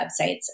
websites